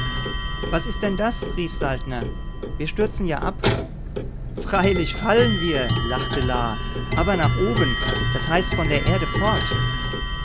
was ist denn das rief saltner wir stürzen ja ab freilich fallen wir lachte la aber nach oben das heißt von der erde fort